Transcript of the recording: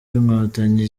b’inkotanyi